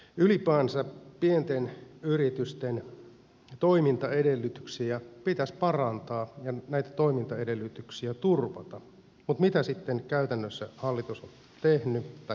ylipäänsä pienten yritysten toimintaedellytyksiä pitäisi parantaa ja näitä toimintaedellytyksiä turvata mutta mitä sitten käytännössä hallitus on tehnyt tai tekemässä